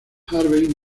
harvey